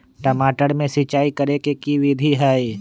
टमाटर में सिचाई करे के की विधि हई?